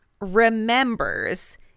remembers